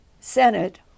senate